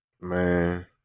Man